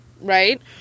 right